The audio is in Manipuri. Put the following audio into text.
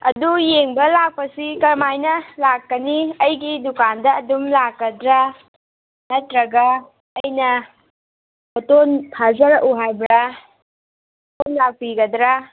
ꯑꯗꯨ ꯌꯦꯡꯕ ꯂꯥꯛꯄꯁꯤ ꯀꯔꯝꯃꯥꯏꯅ ꯂꯥꯛꯀꯅꯤ ꯑꯩꯒꯤ ꯗꯨꯀꯥꯟꯗ ꯑꯗꯨꯝ ꯂꯥꯛꯀꯗ꯭ꯔꯥ ꯅꯠꯇ꯭ꯔꯒ ꯑꯩꯅ ꯐꯣꯇꯣ ꯊꯥꯖꯔꯛꯎ ꯍꯥꯏꯕ꯭ꯔꯥ ꯁꯣꯝ ꯂꯥꯛꯄꯤꯒꯗ꯭ꯔꯥ